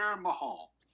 Mahal